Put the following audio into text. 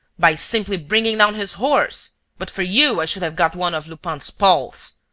by simply bringing down his horse. but for you, i should have got one of lupin's pals.